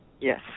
yes